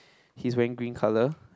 he is wearing green color